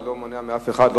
זה לא מונע מאף אחד,